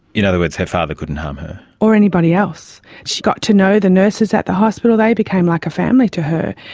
in other words, her father couldn't harm her. or anybody else. she got to know the nurses at the hospital, they became like a family to her,